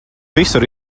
visur